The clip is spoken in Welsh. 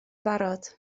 barod